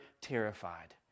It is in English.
terrified